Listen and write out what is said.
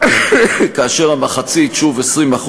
כאשר במחצית, שוב, 20%